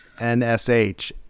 NSH